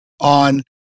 on